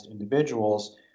individuals